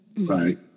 Right